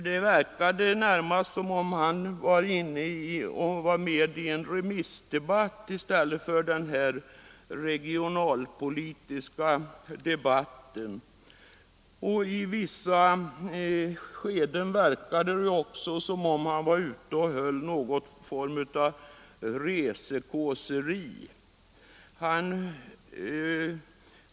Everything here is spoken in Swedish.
Det verkade närmast som om han deltog i en remissdebatt i stället för denna regionalpolitiska diskussion. I vissa avsnitt föreföll det också som om han var ute och höll något slags resekåseri.